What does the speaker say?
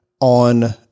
on